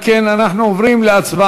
אם כן, אנחנו עוברים להצבעה.